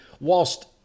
whilst